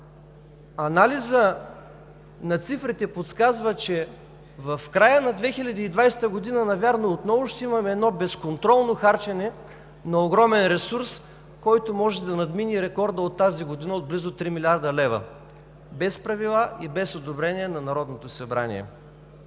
анализът на цифрите подсказва, че в края на 2020 г. навярно отново ще имаме едно безконтролно харчене на огромен ресурс, който може да надмине и рекорда от тази година – близо 3 млрд. лв. без правила и без одобрение на Народното събрание.